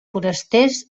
forasters